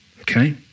Okay